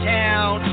town